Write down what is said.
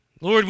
Lord